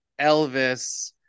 Elvis